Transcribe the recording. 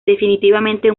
definitivamente